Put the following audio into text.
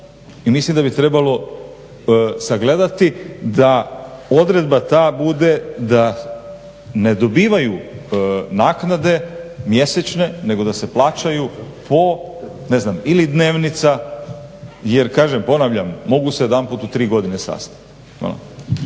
mislim da bi trebalo sagledati da ta odredba bude da ne dobivaju naknade mjesečne nego da se plaćaju po ne znam ili dnevnica jer kažem ponavljam, mogu se jedanput u tri godine sastati.